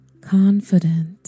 confident